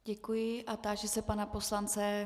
Děkuji a táži se pana poslance.